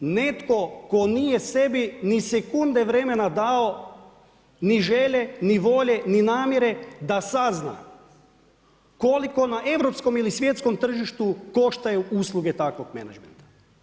Netko tko nije sebi ni sekunde vremena dao, ni želje ni volje, ni namjere da sazna koliko na europskom ili na svjetskom tržištu koštaju usluge takvog menadžmenta.